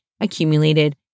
accumulated